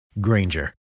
Granger